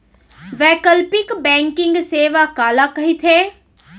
वैकल्पिक बैंकिंग सेवा काला कहिथे?